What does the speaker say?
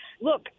Look